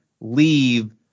leave